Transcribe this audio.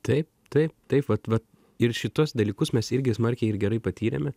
taip taip taip vat vat ir šituos dalykus mes irgi smarkiai ir gerai patyrėme